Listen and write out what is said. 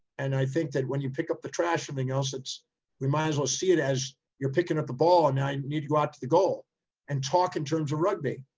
and i think that when you pick up the trash and everything else, that's, we might as well see it as you're picking up the ball. and i need you out to the goal and talk in terms of rugby.